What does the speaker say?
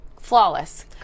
Flawless